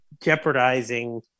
jeopardizing